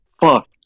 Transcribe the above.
fuck